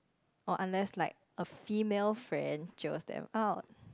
or unless like a female friend jio them out